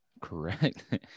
Correct